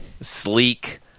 sleek